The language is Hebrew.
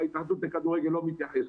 אבל ההתאחדות לכדורגל לא מתייחסת.